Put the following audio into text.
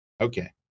okay